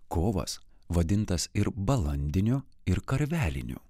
kovas vadintas ir balandiniu ir karveliniu